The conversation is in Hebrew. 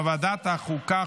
מוועדת החוקה,